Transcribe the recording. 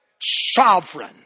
sovereign